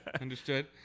understood